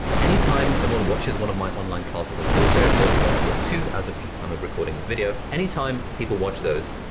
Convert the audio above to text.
anytime someone watches one of my online classes on skillshare, so far i've got two as of the time of recording this video, anytime people watch those,